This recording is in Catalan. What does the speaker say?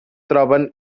troben